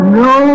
no